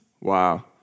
Wow